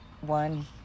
One